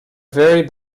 very